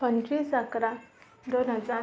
पंचवीस अकरा दोन हजार